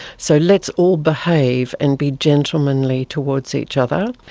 so let's all behave and be gentlemanly towards each other.